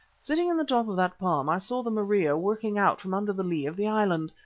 sitting in the top of that palm i saw the maria working out from under the lee of the island.